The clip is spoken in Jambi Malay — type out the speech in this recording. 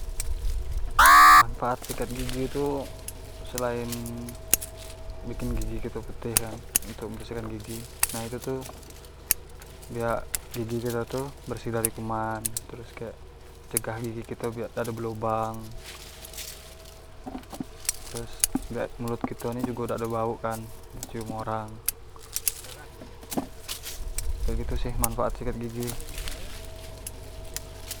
manfaat sikat gigi tu, selain bikin gigi kito putih kan untk membersihkan gigi nah itu tu biak gigi kito tu bersih dari kuman, terus kayak cegah gigi kito biak dak belubang, terus biak mulut kito ini dak do jugo bauk kan di cium orang. kek gitu sih manfaat sikat gigi.